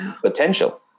potential